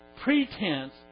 pretense